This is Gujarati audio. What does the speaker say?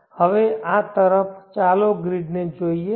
હવે આ તરફ ચાલો ગ્રીડને જોડીએ